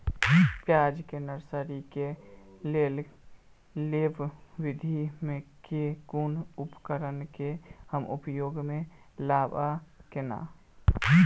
प्याज केँ नर्सरी केँ लेल लेव विधि म केँ कुन उपकरण केँ हम उपयोग म लाब आ केना?